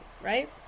right